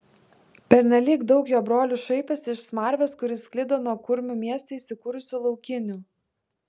pernelyg daug jo brolių šaipėsi iš smarvės kuri sklido nuo kurmių mieste įsikūrusių laukinių